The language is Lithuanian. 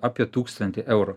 apie tūkstantį eurų